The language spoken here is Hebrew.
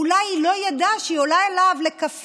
או: אולי היא לא ידעה שכשהיא עולה אליו לקפה,